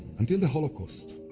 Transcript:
until the holocaust,